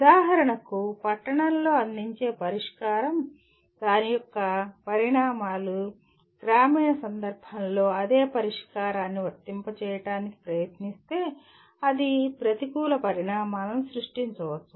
ఉదాహరణకు పట్టణంలో అందించే పరిష్కారం దాని యొక్క పరిణామాలు గ్రామీణ సందర్భంలో అదే పరిష్కారాన్ని వర్తింపజేయడానికి ప్రయత్నిస్తే అది ప్రతికూల పరిణామాలను సృష్టించవచ్చు